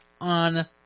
On